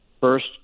first